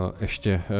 ještě